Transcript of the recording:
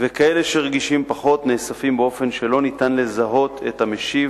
וכאלה שרגישים פחות נאספים באופן שלא ניתן לזהות את המשיב,